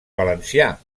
valencià